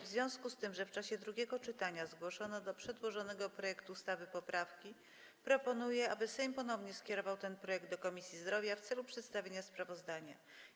W związku z tym, że w czasie drugiego czytania zgłoszono do przedłożonego projektu ustawy poprawki, proponuję, aby Sejm ponownie skierował ten projekt do Komisji Zdrowia w celu przedstawienia sprawozdania.